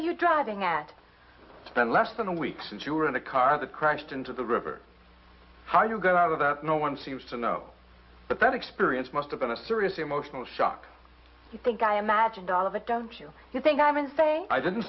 you're driving at it's been less than a week since you were in a car that crashed into the river how you got out of that no one seems to know but that experience must have been a serious emotional shock you think i imagined all of it don't you you think i even say i didn't